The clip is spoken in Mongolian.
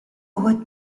өгөөд